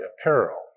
apparel